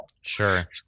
Sure